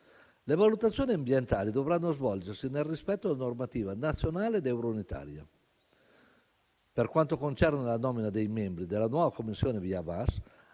Le valutazioni ambientali dovranno svolgersi nel rispetto della normativa nazionale ed euro-unitaria. Per quanto concerne la nomina dei membri della nuova commissione VIA-VAS,